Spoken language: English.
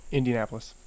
Indianapolis